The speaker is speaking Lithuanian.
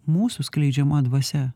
mūsų skleidžiama dvasia